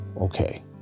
okay